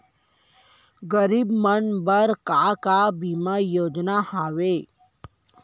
गरीब मन बर का का बीमा योजना हावे?